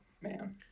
man